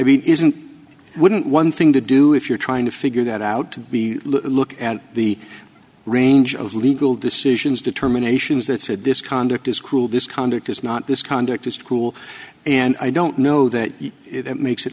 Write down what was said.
mean isn't wouldn't one thing to do if you're trying to figure that out to be look at the range of legal decisions determinations that said this conduct is cruel this conduct is not this conduct to school and i don't know that it makes it